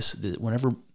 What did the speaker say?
whenever